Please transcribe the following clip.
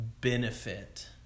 benefit